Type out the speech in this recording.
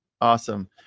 Awesome